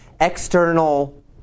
external